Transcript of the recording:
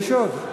יש עוד,